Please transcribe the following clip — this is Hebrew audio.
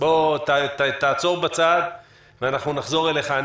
עצור בצד ונחזור אליך.